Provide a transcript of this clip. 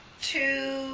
two